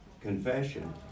confession